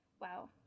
Wow